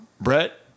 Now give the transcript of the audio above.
Brett